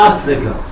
Africa